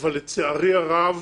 אבל לצערי הרב